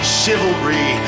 chivalry